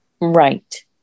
Right